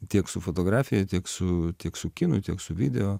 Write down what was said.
tiek su fotografija tiek su tiek su kinu tiek su video